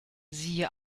siehe